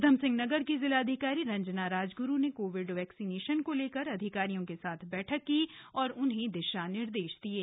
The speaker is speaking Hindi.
उधमसिंह नगर की जिलाधिकारी रंजना राजग्रु ने कोविड वैक्सीनेशन को लेकर अधिकारियों के साथ बैठक की और दिशा निर्देश दिये